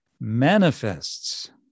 manifests